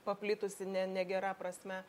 paplitusi ne negera prasme